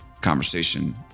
conversation